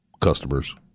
customers